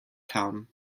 town